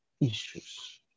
issues